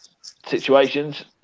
situations